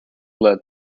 led